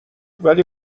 ولی